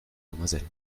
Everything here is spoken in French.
demoiselle